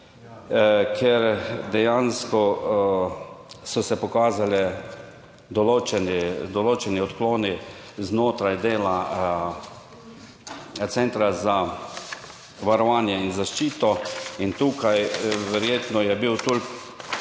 ker dejansko so se pokazali določeni odkloni znotraj dela Centra za varovanje in zaščito in tukaj verjetno je bil to